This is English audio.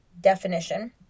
definition